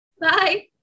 Bye